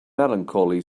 melancholy